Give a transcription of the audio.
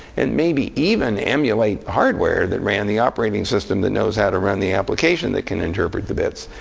and maybe even emulate hardware that ran the operating system that knows how to run the application that can interpret the bits.